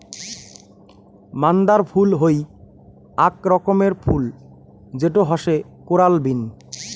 মান্দার ফুল হই আক রকমের ফুল যেটো হসে কোরাল বিন